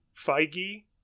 feige